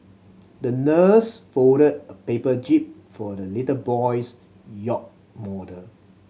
the nurse folded a paper jib for the little boy's yacht model